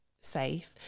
safe